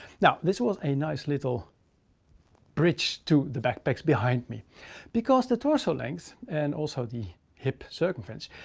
now this was a nice little bridge to the backpacks behind me because the torso length and also the hip circumference.